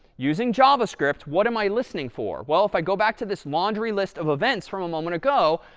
using javascript, what am i listening for? well, if i go back to this laundry list of events from a moment ago,